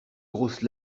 grosses